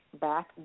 back